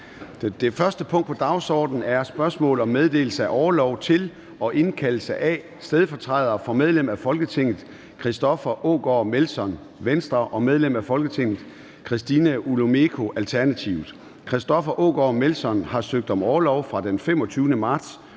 Det første punkt på dagsordenen er: 1) Spørgsmål om meddelelse af orlov til og indkaldelse af stedfortrædere for medlem af Folketinget Christoffer Aagaard Melson (V) og medlem af Folketinget Christina Olumeko (ALT). Kl. 13:00 Formanden (Søren Gade): Christoffer Aagaard Melson (V) har søgt om orlov fra den 25. marts